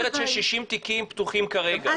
את אומרת ש-60 תיקים פתוחים כרגע,